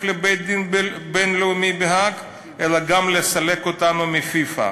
לבית-הדין הבין-לאומי בהאג אלא גם לסלק אותנו מפיפ"א.